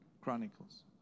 Chronicles